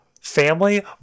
family